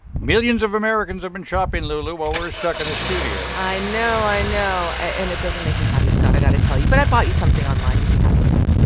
millions of americans have been shopping, lulu, while we're stuck in a studio i know. i know. know. and it doesn't make me happy, scott, i got to tell you. but i bought you something online, you'd be happy to know.